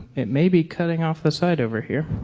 it maybe cutting off the side over here.